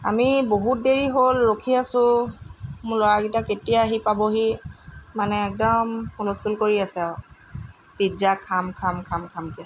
আমি বহুত দেৰি হ'ল ৰখি আছোঁ মোৰ ল'ৰাকেইটা কেতিয়া আহি পাবহি মানে একদম হুলস্থূল কৰি আছে আৰু পিজ্জা খাম খাম খাম খামকৈ